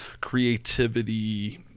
creativity